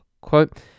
Quote